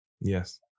Yes